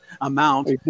amount